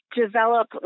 Develop